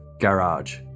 garage